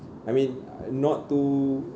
I mean not too